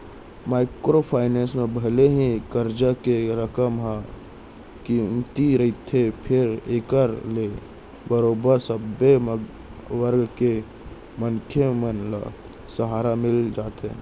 micro finance म भले ही करजा के रकम ह कमती रहिथे फेर एखर ले बरोबर सब्बे वर्ग के मनसे मन ल सहारा मिल जाथे